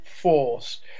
force